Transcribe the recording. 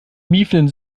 miefenden